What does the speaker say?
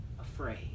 afraid